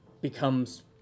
becomes